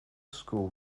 school